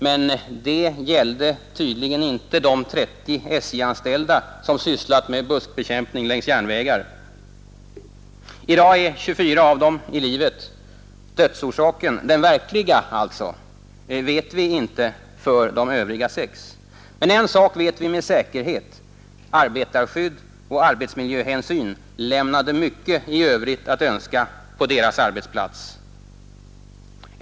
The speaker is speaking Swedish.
Men det gällde tydligen inte för de 30 SJ-anställda som har sysslat med buskbekämpning längs järnvägarna. I dag är 24 av dem kvar i livet. Dödsorsaken, alltså den verkliga dödsorsaken, för de övriga sex vet vi inte. Men en sak vet vi med säkerhet, nämligen att arbetarskydd och arbetsmiljöhänsyn lämnade mycket övrigt att önska på deras arbetsplats.